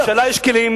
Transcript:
לממשלה יש כלים